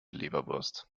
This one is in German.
leberwurst